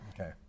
okay